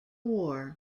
war